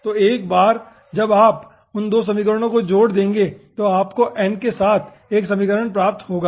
तो एक बार जब आप उन 2 समीकरणों को जोड़ देंगे तो आपको n के साथ 1 समीकरण प्राप्त होगा